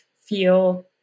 feel